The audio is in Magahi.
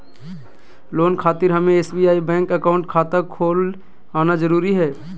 लोन खातिर हमें एसबीआई बैंक अकाउंट खाता खोल आना जरूरी है?